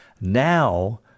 now